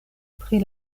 pri